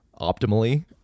optimally